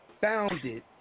Founded